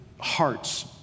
hearts